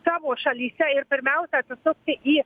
savo šalyse ir pirmiausia atsisukti į